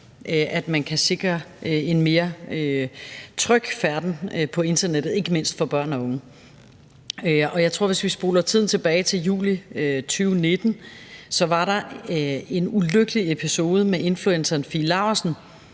at man kan sikre en mere tryg færden på internettet, ikke mindst for børn og unge. Hvis vi spoler tiden tilbage til juli 2019, tror jeg det var, var der en ulykkelig episode med influenceren Fie Laursen,